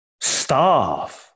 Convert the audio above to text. starve